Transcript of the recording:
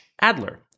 Adler